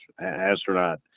astronaut